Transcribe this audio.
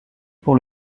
pour